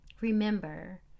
Remember